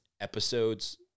episodes